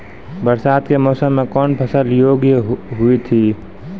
बरसात के मौसम मे कौन फसल योग्य हुई थी?